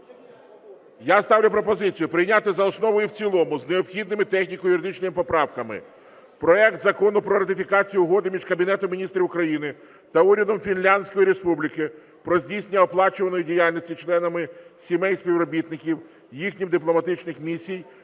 Я ставлю пропозицію прийняти за основу і в цілому з необхідними техніко-юридичними поправками проект Закону про ратифікацію Угоди між Кабінетом Міністрів України та Урядом Фінляндської Республіки про здійснення оплачуваної діяльності членами сімей співробітників їхніх дипломатичних місій,